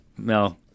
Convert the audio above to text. No